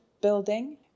building